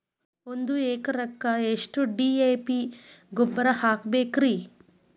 ಒಂದು ಎಕರೆಕ್ಕ ಎಷ್ಟ ಡಿ.ಎ.ಪಿ ಗೊಬ್ಬರ ಹಾಕಬೇಕ್ರಿ?